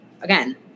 again